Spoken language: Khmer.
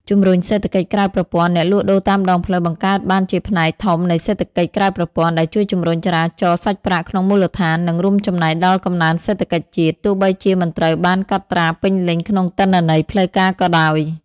ជំរុញសេដ្ឋកិច្ចក្រៅប្រព័ន្ធអ្នកលក់ដូរតាមដងផ្លូវបង្កើតបានជាផ្នែកធំនៃសេដ្ឋកិច្ចក្រៅប្រព័ន្ធ ដែលជួយជំរុញចរាចរសាច់ប្រាក់ក្នុងមូលដ្ឋាន និងរួមចំណែកដល់កំណើនសេដ្ឋកិច្ចជាតិ ទោះបីជាមិនត្រូវបានកត់ត្រាពេញលេញក្នុងទិន្នន័យផ្លូវការក៏ដោយ ។